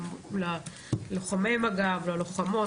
ללוחמי ולוחמות מג"ב,